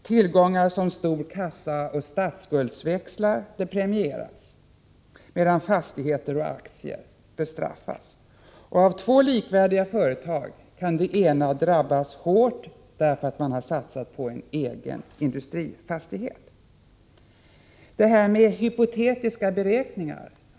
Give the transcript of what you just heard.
Tillgångar som stor kassa och statsskuldsväxlar premieras medan innehav av fastigheter och aktier bestraffas. Av två likvärdiga företag kan det ena drabbas hårt därför att det har satsat på en egen industrifastighet. Finansministern sade att jag gjorde hypotetiska beräkningar.